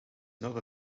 not